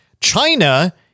China